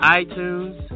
iTunes